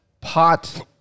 pot